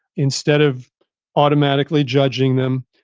instead of automatically judging them,